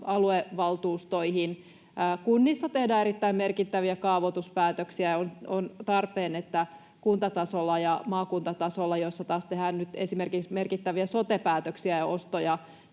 aluevaltuustoihin. Kunnissa tehdään erittäin merkittäviä kaavoituspäätöksiä, ja on tarpeen, että kuntatasolla ja maakuntatasolla, jolla taas tehdään nyt esimerkiksi merkittäviä sote-päätöksiä ja ostoja,